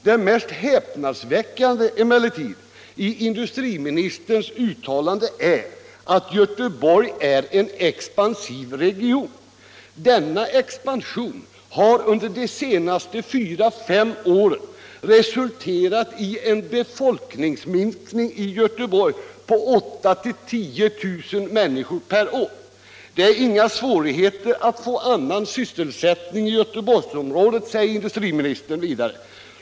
Det mest häpnadsväckande i industriministerns uttalande är emellertid att Göteborg skulle vara en expansiv region. Denna expansion har under de senaste fyra fem åren resulterat i en befolkningsminskning i Göteborg på 8 000-10 000 människor per år. Det är inga svårigheter att få annan sysselsättning i Göteborgsområdet, säger industriministern vidare.